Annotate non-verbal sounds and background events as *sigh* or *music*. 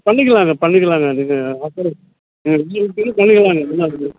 பண்ணிக்கலாங்க பண்ணிக்கலாங்க அதுக்கு *unintelligible* பண்ணிக்கலாங்க அதில் என்னயிருக்கு